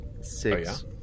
six